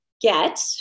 get